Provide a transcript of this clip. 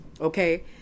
Okay